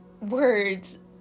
words